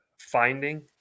finding